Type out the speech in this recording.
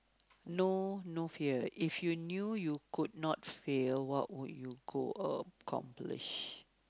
know no fear if you knew you could not fail what would you go accomplish